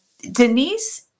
Denise